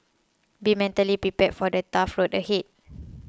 be mentally prepared for the tough road ahead